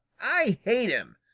i hate him!